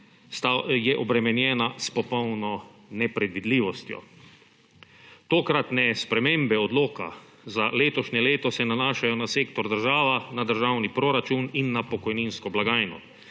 obremenjena s popolno nepredvidljivostjo. Tokratne spremembe odloka za letošnje leto se nanašajo na sektor država, na državni proračun in na pokojninsko blagajno.